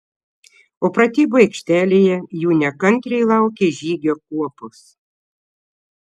o pratybų aikštelėje jų nekantriai laukė žygio kuopos